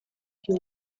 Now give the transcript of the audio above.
più